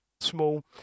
small